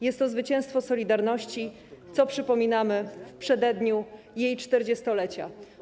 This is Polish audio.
Jest to zwycięstwo „Solidarności”, co przypominamy w przededniu jej 40-lecia.